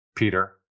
Peter